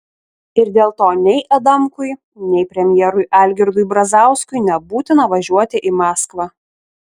ir dėl to nei adamkui nei premjerui algirdui brazauskui nebūtina važiuoti į maskvą